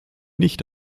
nicht